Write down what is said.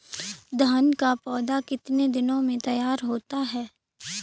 धान का पौधा कितने दिनों में तैयार होता है?